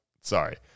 sorry